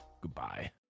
Goodbye